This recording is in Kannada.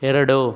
ಎರಡು